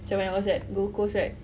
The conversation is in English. macam when I was at gold coast right